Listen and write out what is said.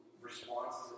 responses